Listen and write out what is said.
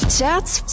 Chats